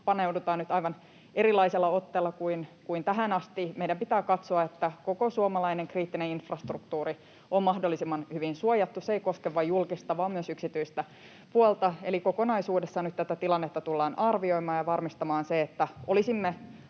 paneudutaan nyt aivan erilaisella otteella kuin tähän asti. Meidän pitää katsoa, että koko suomalainen kriittinen infrastruktuuri on mahdollisimman hyvin suojattu. Se ei koske vain julkista vaan myös yksityistä puolta, eli kokonaisuudessaan nyt tätä tilannetta tullaan arvioimaan ja varmistamaan se, että olisimme